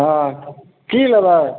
हँ की लेबै